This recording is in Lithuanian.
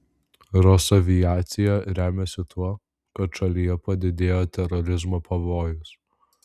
rosaviacija remiasi tuo kad šalyje padidėjo terorizmo pavojus